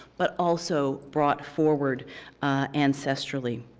but also brought forward ancestrally.